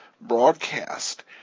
broadcast